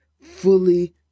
fully